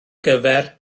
gyfer